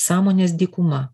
sąmonės dykuma